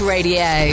Radio